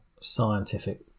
scientific